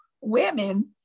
women